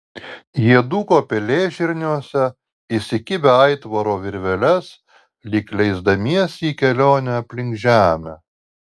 jie dūko pelėžirniuose įsikibę aitvaro virvelės lyg leisdamiesi į kelionę aplink žemę